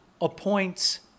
appoints